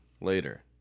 later